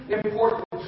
important